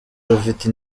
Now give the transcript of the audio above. rufite